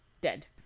dead